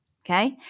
Okay